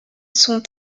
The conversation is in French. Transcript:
sont